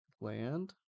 land